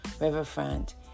riverfront